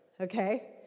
okay